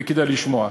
וכדאי לשמוע.